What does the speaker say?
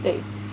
对